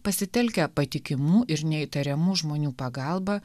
pasitelkę patikimų ir neįtariamų žmonių pagalbą